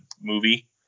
movie